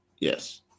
Yes